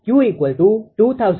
Q2556